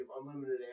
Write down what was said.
unlimited